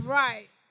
right